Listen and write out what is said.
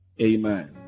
Amen